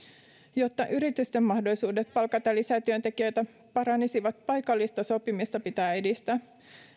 jotta yritysten mahdollisuudet palkata lisää työntekijöitä paranisivat paikallista sopimista pitää edistää